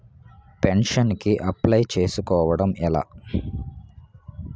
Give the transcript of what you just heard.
Pension కి apply చేసుకోవడం ఎలా?